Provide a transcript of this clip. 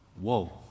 Whoa